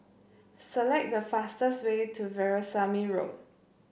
select the fastest way to Veerasamy Road